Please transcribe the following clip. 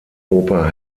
oper